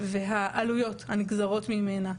והעלויות הנגזרות ממנה.